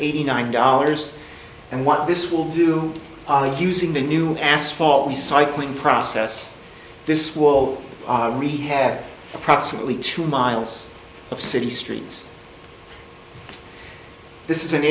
eighty nine dollars and what this will do using the new asphalt recycling process this will rehab approximately two miles of city streets this is an